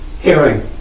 hearing